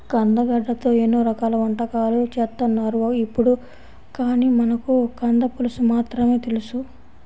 కందగడ్డతో ఎన్నో రకాల వంటకాలు చేత్తన్నారు ఇప్పుడు, కానీ మనకు కంద పులుసు మాత్రమే తెలుసు